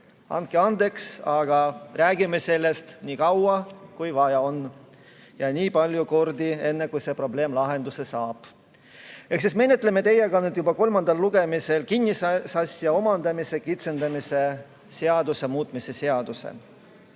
Andke andeks, aga me räägime sellest nii kaua, kui vaja on, ja nii palju kordi, kuni see probleem lahenduse saab. Menetleme teiega juba kolmandal lugemisel kinnisasja omandamise kitsendamise seaduse muutmise seadust.